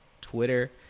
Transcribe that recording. Twitter